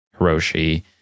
Hiroshi